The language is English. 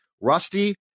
rusty